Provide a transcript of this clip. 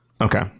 Okay